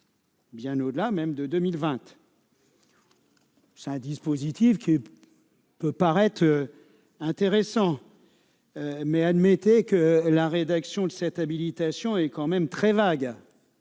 bien au-delà même de 2020. Ce dispositif peut paraître intéressant, mais admettez que la rédaction de l'habilitation est bien vague- trop vague.